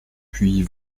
puis